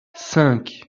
cinq